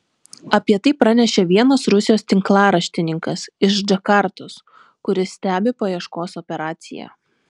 apie tai pranešė vienas rusijos tinklaraštininkas iš džakartos kuris stebi paieškos operaciją